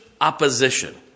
opposition